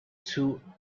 two